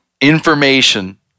information